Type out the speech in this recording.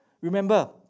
Remember